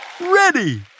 Ready